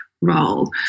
role